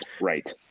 Right